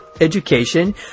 education